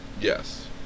Yes